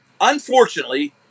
unfortunately